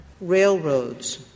railroads